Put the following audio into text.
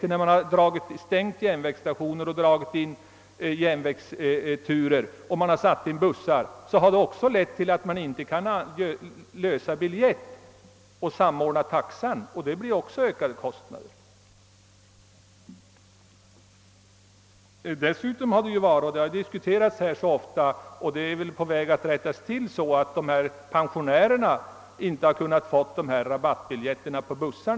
När man dragit in stationer och ersatt tågturer med bussar har man underlåtit att samordna taxan, och det medför också ökade kostnader för de resande. Vidare har pensionärernas rabattkort inte gällt på bussar.